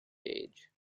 gauge